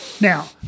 Now